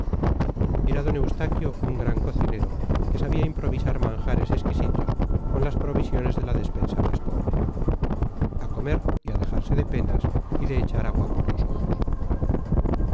era d eustaquio un gran cocinero que sabía improvisar manjares exquisitos con las provisiones de la despensa más pobre a comer y a dejarse de penas y de echar agua por los ojos